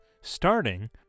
starting